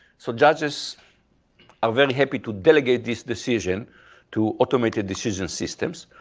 so judges are very happy to delegate this decision to automated decision systems,